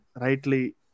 rightly